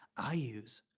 i use.